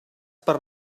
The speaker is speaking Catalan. per